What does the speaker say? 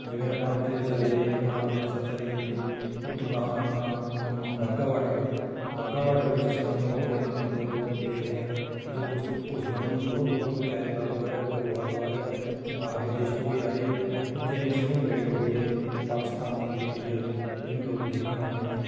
ਜਿਵੇਂ ਆਪਾਂ ਇੱਥੇ ਚਲੇ ਜਾਈਏ ਆਪਣਾ ਅੰਮ੍ਰਿਤਸਰ ਚਲੇ ਜਾਈਏ ਉਹ ਤੋਂ ਗਾਹਾਂ ਆਪਣਾ ਬਾਘਾ ਬਾਰਡਰ ਆ ਬਾਘਾ ਬਾਰਡਰ ਵਿੱਚ ਸੈਲਾਨੀ ਬਹੁਤ ਦੇਖਣ ਆਉਂਦੇ ਆ ਜਦੋਂ ਦੇਖਦੇ ਹਾਂ ਕਿ ਜੋ ਪੁੱਛ ਪੁੱਛਦੇ ਉਹਨਾਂ ਨੂੰ ਦੂਰੋਂ ਦੂਰੋਂ ਕੋਈ ਕੇਰਲਾ ਤੋਂ ਆ ਰਿਹਾ ਕੋਈ ਗੋਆ ਤੋਂ ਆ ਰਿਹਾ ਕੋਈ ਬਾਹਰਲੇ ਦੇਸ਼ ਤੋਂ ਵੀ ਆ ਰਹੇ ਹੈ ਉੱਥੇ ਇੰਨੀ ਸੋਹਣੀ ਪਰੇਡ ਹੁੰਦੀ ਹੈ ਪਾਕਿਸਤਾਨ ਦੀ ਅਤੇ ਇੰਡੀਆ ਦੀ ਜਿਹਨੂੰ ਲੋਕ ਦੇਖਣ ਆਉਂਦੇ ਨੇ